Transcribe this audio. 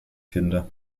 kinder